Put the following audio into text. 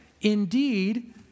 indeed